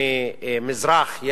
ממזרח,